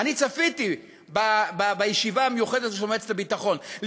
אני צפיתי בישיבה המיוחדת הזאת של מועצת הביטחון?